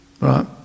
Right